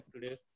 today